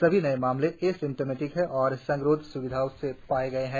सभी नए मामले एसिम्टोमेटिक है और संगरोध स्विधाओं में पाया गया है